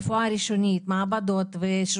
את האחריות על הרפואה הראשונית מעבדות ושירותים